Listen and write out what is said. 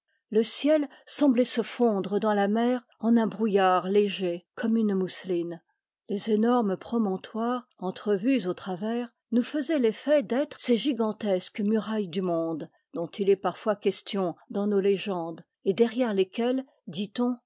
le ciel semblait se fondre dans la mer en un brouillard léger comme une mousseline les énormes promontoires entrevus au travers nous faisaient l'effet d'être ces gigantesques murailles du monde dont il est parfois question dans nos légendes et derrières lesquelles dit-on